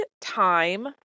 time